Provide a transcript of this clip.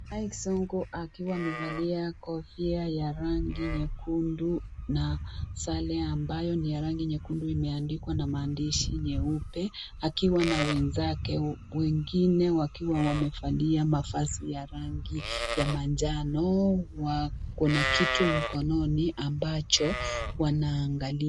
Mike Sonko akiwa amevalia kofia ya rangi nyekundu na sare ambayo ni ya rangi nyekundu. Imeandikwa na maandishi nyeupe, akiwa na wenzake. Wengine wakiwa wamevalia mavazi ya rangi ya manjano, wako na kitu mkononi ambacho wanaangalia.